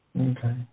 Okay